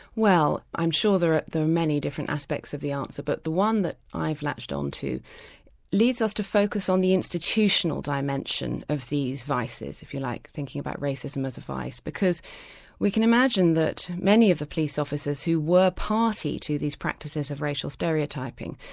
well i'm sure there ah are many different aspects of the answer, but the one that i've latched on to leaves us to focus on the institutional dimension of these vices, if you like, thinking about racism as a vice. because we can imagine that many of the police officers who were party to these practices of racial stereotyping,